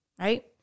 Right